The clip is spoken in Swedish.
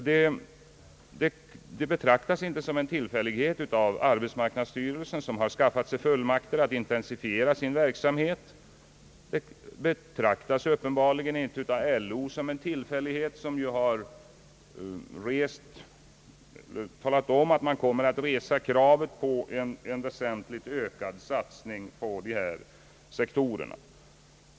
De betraktas inte som en tillfällighet av arbetsmarknadsstyrelsen, som har skaffat sig fullmakter att intensifiera sin verksamhet. De betraktas uppenbarligen inte som en tillfällighet av LO, som ju har talat om att man kommer att resa kravet på en väsentligt ökad satsning på dessa sektorer.